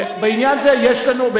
ובעניין זה יש לנו,